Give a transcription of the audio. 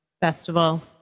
festival